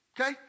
Okay